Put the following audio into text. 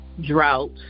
drought